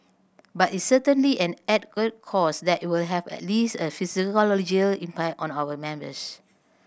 but it's certainly an added a cost that it will have at least a psychological impact on our members